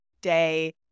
day